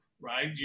right